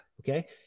Okay